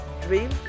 dream